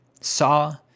saw